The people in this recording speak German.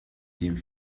den